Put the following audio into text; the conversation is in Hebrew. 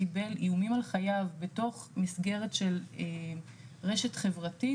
קיבל איומים על חייו בתוך מסגרת של רשת חברתית,